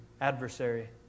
adversary